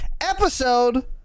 episode